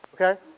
Okay